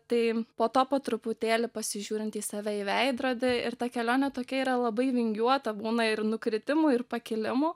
tai po to po truputėlį pasižiūrint į save į veidrodį ir ta kelionė tokia yra labai vingiuota būna ir nukritimų ir pakilimų